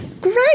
Great